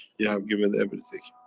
you have given everything.